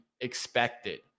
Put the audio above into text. expected